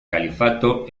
califato